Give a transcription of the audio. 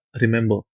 remember